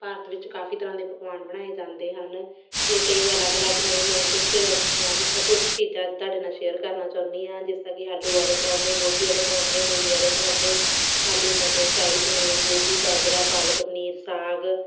ਭਾਰਤ ਵਿੱਚ ਕਾਫ਼ੀ ਤਰ੍ਹਾਂ ਦੇ ਪਕਵਾਨ ਬਣਾਏ ਜਾਂਦੇ ਹਨ ਜੇ ਕਈ ਅਲੱਗ ਅਲੱਗ ਨੇ ਮੈਂ ਕੁਛ ਰੈਸਪੀਆਂ ਜਿੱਥੇ ਕੁਛ ਚੀਜ਼ਾਂ ਅੱਜ ਤੁਹਾਡੇ ਨਾਲ਼ ਸ਼ੇਅਰ ਕਰਨਾ ਚਾਹੁੰਦੀ ਹਾਂ ਜਿਸ ਤਰ੍ਹਾਂ ਕਿ ਆਲੂ ਵਾਲੇ ਪਰੌਂਠੇ ਗੋਭੀ ਵਾਲੇ ਪਰੌਂਠੇ ਮੂਲੀਆਂ ਵਾਲੇ ਪਰੌਂਠੇ ਆਲੂ ਮਟਰ ਸ਼ਾਹੀ ਪਨੀਰ ਗੋਭੀ ਗਾਜਰਾਂ ਪਾਲਕ ਪਨੀਰ ਸਾਗ